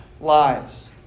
lies